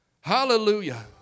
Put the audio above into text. Hallelujah